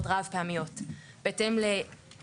העסקים כבר לא קיימים אנחנו לא צריכים קול קורא כזה.